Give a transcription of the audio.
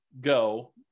go